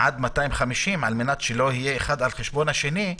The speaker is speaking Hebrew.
עד 250, על מנת שלא יהיה האחד על חשבון השני,